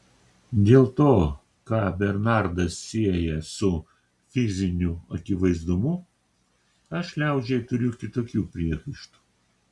dėl to ką bernardas sieja su fiziniu akivaizdumu aš liaudžiai turiu kitokių priekaištų